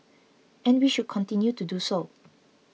and we should continue to do so